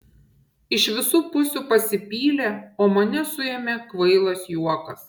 iš visų pusių pasipylė o mane suėmė kvailas juokas